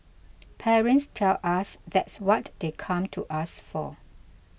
parents tell us that's what they come to us for